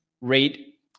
rate